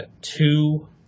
Two